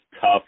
tough